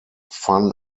fun